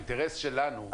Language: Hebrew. האינטרס שלנו,